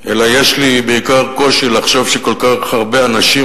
אלא יש לי בעיקר קושי לחשוב שכל כך הרבה אנשים,